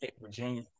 Virginia